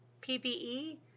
P-P-E